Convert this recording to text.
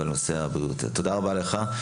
תודה רבה לך.